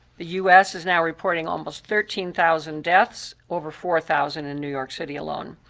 the u s. is now reporting almost thirteen thousand deaths, over four thousand in new york city alone.